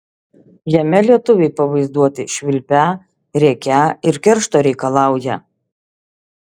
jame lietuviai pavaizduoti švilpią rėkią ir keršto reikalaują